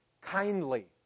kindly